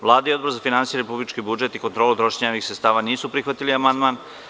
Vlada i Odbor za finansije, republički budžet i kontrolu trošenja javnih sredstava nisu prihvatili amandman.